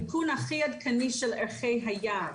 נכון, העדכון הכי עדכני של ערכי היעד.